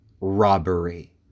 robbery